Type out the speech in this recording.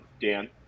Dan